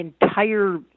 entire